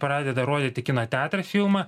pradeda rodyti kino teatre filmą